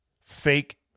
fake